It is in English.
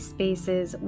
Spaces